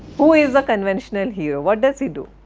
who is a conventional hero? what does he do?